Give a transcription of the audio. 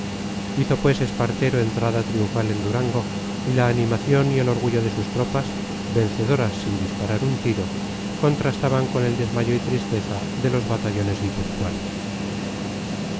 hizo pues espartero entrada triunfal en durango y la animación y el orgullo de sus tropas vencedoras sin disparar un tiro contrastaban con el desmayo y tristeza de los batallones guipuzcoanos